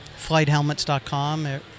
Flighthelmets.com